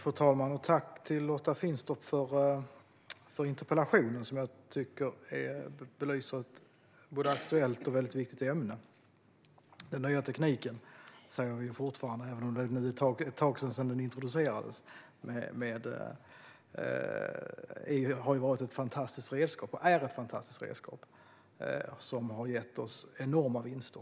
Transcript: Fru talman! Jag tackar Lotta Finstorp för interpellationen som jag tycker belyser ett aktuellt och mycket viktigt ämne, nämligen den nya tekniken. Vi säger fortfarande den nya tekniken även om det är ett tag sedan den introducerades. Den har varit ett fantastiskt redskap, och är ett fantastiskt redskap, som har gett oss enorma vinster.